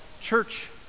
Church